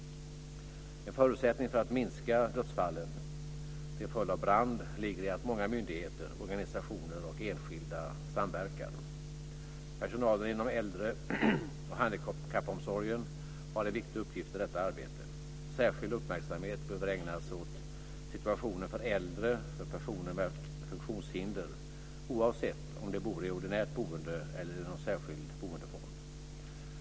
En förutsättning för att minska antalet dödsfall till följd av brand ligger i att många myndigheter, organisationer och enskilda samverkar. Personalen inom äldre och handikappomsorgen har en viktig uppgift i detta arbete. Särskild uppmärksamhet behöver ägnas åt situationen för äldre och personer med funktionshinder oavsett om de bor i ordinärt boende eller i en särskild boendeform.